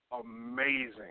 amazing